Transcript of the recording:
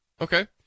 okay